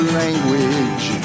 language